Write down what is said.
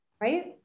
Right